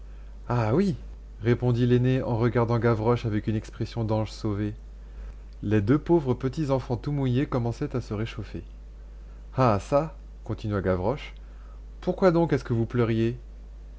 ah oui répondit l'aîné en regardant gavroche avec une expression d'ange sauvé les deux pauvres petits enfants tout mouillés commençaient à se réchauffer ah çà continua gavroche pourquoi donc est-ce que vous pleuriez